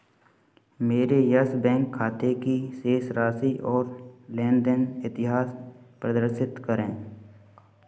मेरे Yes bank खाते की शेष राशि और लेन देन इतिहास प्रदर्शित करें